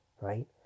right